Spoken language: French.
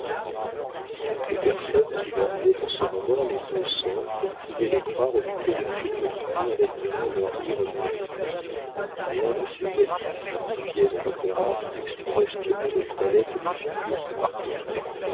toutes les personnes qui lorgnaient en ce moment les deux sœurs pouvaient les croire occupées de frivolités en admirant leurs rires ingénus mais un de ces oisifs qui viennent à l'opéra plus pour espionner les toilettes et les figures que par plaisir